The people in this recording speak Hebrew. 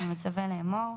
אני מצווה לאמור: